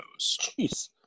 Jeez